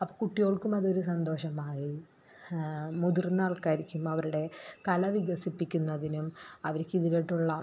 അപ്പോൾ കുട്ടികൾക്കും അതൊരു സന്തോഷമായി മുതിർന്ന ആൾക്കാർക്കും അവരുടെ കല വികസിപ്പിക്കുന്നതിനും അവർക്ക് ഇതിലോട്ടുള്ള